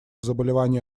заболевания